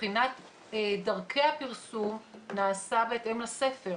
מבחינת דרכי הפרסום נעשה בהתאם לספר,